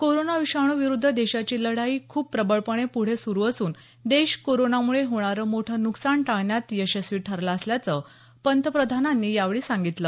corona विषाणू विरुद्ध देशाची लढाई खूप प्रबळपणे पुढे सुरू असून देश कोरोनामुळे होणारं मोठं नुकसान टाळण्यात यशस्वी ठरला असल्याचं पंतप्रधानांनी यावेळी सांगितलं